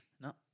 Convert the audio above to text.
No